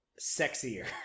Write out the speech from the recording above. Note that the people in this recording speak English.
sexier